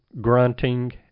grunting